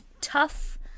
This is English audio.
tough